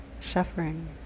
suffering